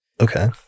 Okay